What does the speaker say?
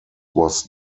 was